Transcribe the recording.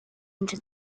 into